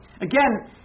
Again